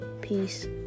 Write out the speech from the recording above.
Peace